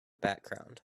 background